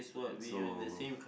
so